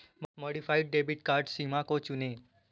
modified debit card सीमा को चुनें